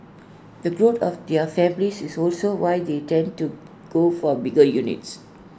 the growth of their families is also why they tend to go for bigger units